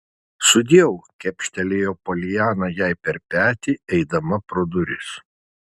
sudieu kepštelėjo poliana jai per petį eidama pro duris